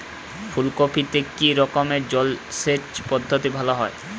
ফুলকপিতে কি রকমের জলসেচ পদ্ধতি ভালো হয়?